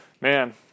man